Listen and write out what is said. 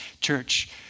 church